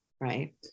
right